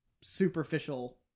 superficial